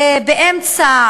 באמצע